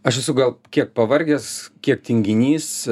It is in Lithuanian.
aš esu gal kiek pavargęs kiek tinginys